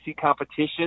competition